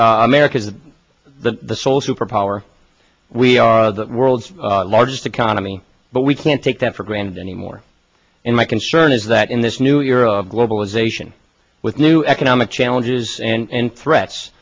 that america is the sole superpower we are the world's largest economy but we can't take that for and anymore and my concern is that in this new era of globalization with new economic challenges and threats